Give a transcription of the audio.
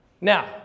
now